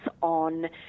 on